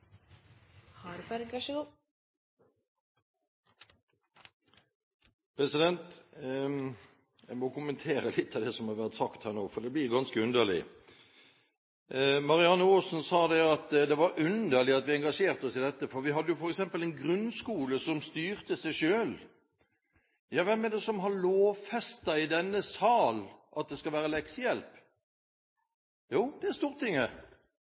Jeg må kommentere litt av det som har vært sagt her nå, for det blir ganske underlig. Marianne Aasen sa at det var underlig at vi engasjerte oss i dette, for vi har jo f.eks. en grunnskole som styrer seg selv. Ja, hvem er det som har lovfestet at det skal være leksehjelp? Jo, det er Stortinget.